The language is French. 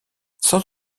sans